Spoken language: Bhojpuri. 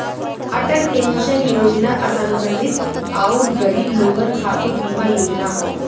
अटल पेंशन योजना असंगठित आउर गरीब लोगन खातिर बीमा योजना हौ